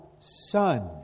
son